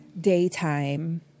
daytime